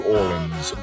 Orleans